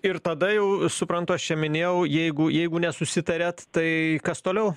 ir tada jau suprantu aš čia minėjau jeigu jeigu nesusitariat tai kas toliau